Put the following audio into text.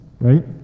right